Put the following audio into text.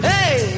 Hey